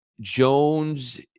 Jones